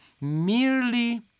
merely